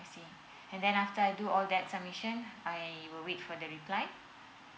I see and then after I do all that submission I would wait for the reply